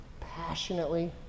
passionately